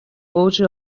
اوج